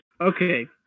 Okay